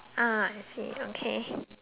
uh I see okay